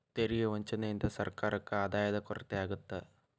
ತೆರಿಗೆ ವಂಚನೆಯಿಂದ ಸರ್ಕಾರಕ್ಕ ಆದಾಯದ ಕೊರತೆ ಆಗತ್ತ